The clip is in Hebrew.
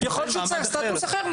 יכול להיות שהוא צריך סטטוס אחר.